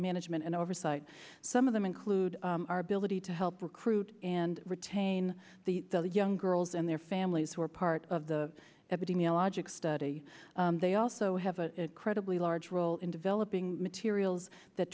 management and oversight some of them include our ability to help recruit and retain the young girls and their families who are part of the epidemiologic study they also have a credibly large role in developing materials that